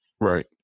Right